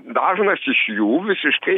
dažnas iš jų visiškai